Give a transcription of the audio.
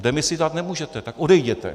Demisi dát nemůžete, tak odejděte.